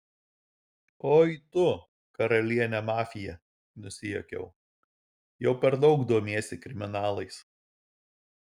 oi tu karaliene mafija nusijuokiau jau per daug domiesi kriminalais